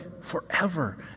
forever